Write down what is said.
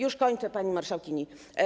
Już kończę, pani marszałkini.